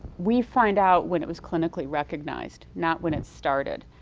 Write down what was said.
we find out when it was clinically recognized, not when it started.